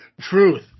Truth